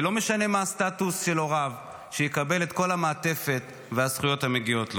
ולא משנה מה הסטטוס של הוריו שיקבל את כל המעטפת והזכויות המגיעות לו.